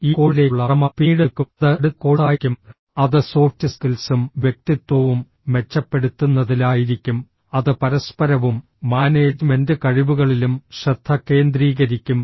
ഈ കോഴ്സിലേക്കുള്ള ക്രമം പിന്നീട് എടുക്കും അത് അടുത്ത കോഴ്സായിരിക്കും അത് സോഫ്റ്റ് സ്കിൽസും വ്യക്തിത്വവും മെച്ചപ്പെടുത്തുന്നതിലായിരിക്കും അത് പരസ്പരവും മാനേജ്മെൻ്റ് കഴിവുകളിലും ശ്രദ്ധ കേന്ദ്രീകരിക്കും